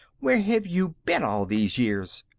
where have you been all these years?